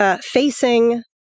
Facing